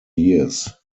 years